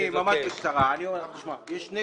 יש שתי